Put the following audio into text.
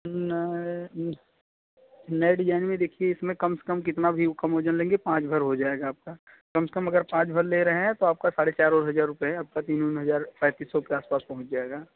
नए नए डिजाइन में देखिए इसमें कम से कम कितना भी वह कम वज़न लेंगे पाँच हज़ार हो जाएगा आपका कम से कम अगर पाँच भर ले रहे हैं तो आपका साढ़े चार हज़ार रुपये आपका तीन हज़ार पैंतीस सौ के आस पास पहुँच जाएगा